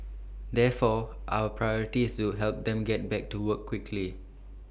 therefore our priority is to help them get back to work quickly